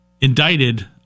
indicted